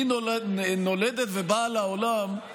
היא נולדת ובאה לעולם, עם